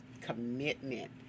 commitment